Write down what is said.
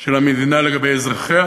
של המדינה לגבי אזרחיה.